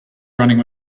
running